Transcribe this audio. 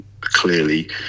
clearly